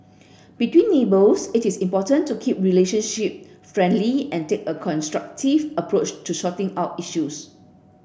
between neighbours it is important to keep relationship friendly and take a constructive approach to sorting out issues